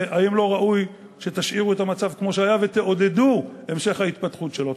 האם לא ראוי שתשאירו את המצב כמו שהיה ותעודדו את המשך ההתפתחות שלו?